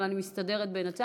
אבל אני מסתדרת בינתיים.